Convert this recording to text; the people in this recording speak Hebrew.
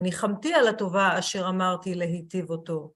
ניחמתי על הטובה אשר אמרתי להטיב אותו.